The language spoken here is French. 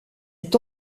est